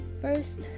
First